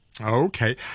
Okay